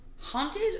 haunted